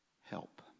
help